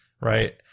right